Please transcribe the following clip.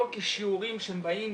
לא כשיעורים שבאים,